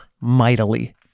mightily